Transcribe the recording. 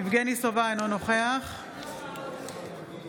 יבגני סובה, אינו נוכח צבי ידידיה סוכות,